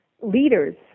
leaders